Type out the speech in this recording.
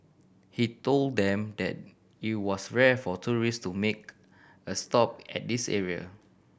he told them that it was rare for tourist to make a stop at this area